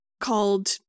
called